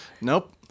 Nope